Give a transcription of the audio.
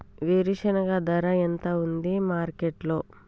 వేరుశెనగ ధర ఎంత ఉంది మార్కెట్ లో?